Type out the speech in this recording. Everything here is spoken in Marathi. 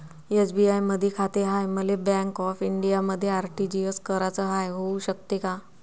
एस.बी.आय मधी खाते हाय, मले बँक ऑफ इंडियामध्ये आर.टी.जी.एस कराच हाय, होऊ शकते का?